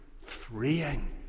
freeing